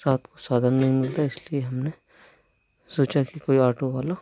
रात को साधन नहीं मिलता इसलिए हमने सोचा कि कोई आटो वाला